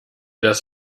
das